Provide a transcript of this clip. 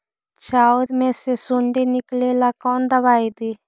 चाउर में से सुंडी निकले ला कौन दवाई दी?